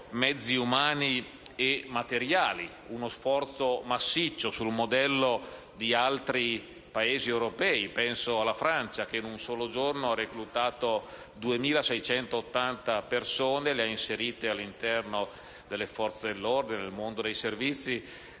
mezzi umani e materiali; si poteva fare uno sforzo massiccio, sul modello di altri Paesi europei. Penso alla Francia, che in un solo giorno ha reclutato 2.680 persone e le ha inserite all'interno delle Forze dell'ordine e del mondo dei servizi,